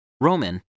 Roman